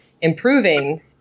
improving